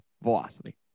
velocity